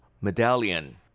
medallion